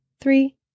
three